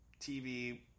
tv